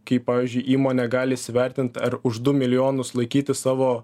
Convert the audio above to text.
kai pavyzdžiui įmonė gali įsivertint ar už du milijonus laikyti savo